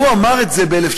והוא אמר את זה ב-1954,